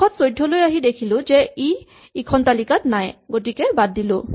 শেষত ১৪ লৈ আহি দেখিলো যে ই ইখন তালিকাত নাই গতিকে বাদ দিলো